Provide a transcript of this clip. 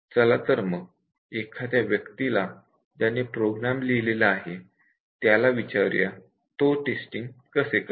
चला तर मग एखाद्या व्यक्तीला ज्याने प्रोग्राम लिहिलेला आहे त्याला विचारू या तो टेस्टिंग कसे करेल